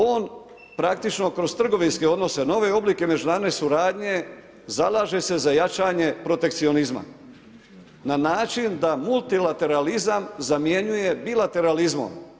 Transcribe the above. On praktično kroz trgovinske odnose nove oblike međunarodne suradnje zalaže se za jačanje protekcionizma na način da mulilateralizam zamjenjuje bilateralizmom.